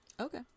Okay